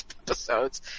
episodes